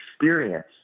experience